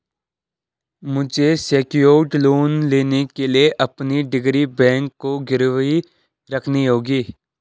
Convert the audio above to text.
मुझे secured loan लेने के लिए अपनी डिग्री बैंक को गिरवी रखनी होगी